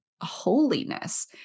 holiness